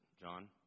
John